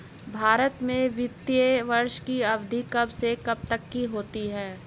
भारत में वित्तीय वर्ष की अवधि कब से कब तक होती है?